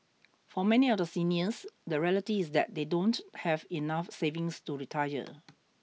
for many of the seniors the reality is that they don't have enough savings to retire